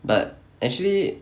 but actually